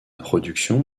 production